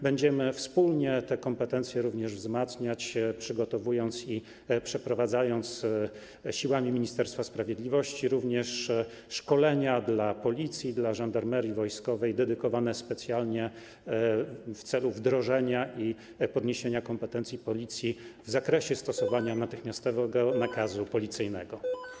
Będziemy wspólnie te kompetencje wzmacniać, przygotowując i przeprowadzając siłami Ministerstwa Sprawiedliwości szkolenia dla Policji, dla Żandarmerii Wojskowej, które będą dedykowane specjalnie w celu wdrożenia i podniesienia kompetencji Policji w zakresie stosowania natychmiastowego nakazu policyjnego.